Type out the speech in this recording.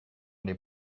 les